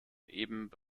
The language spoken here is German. eben